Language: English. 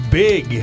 big